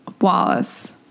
Wallace